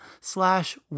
slash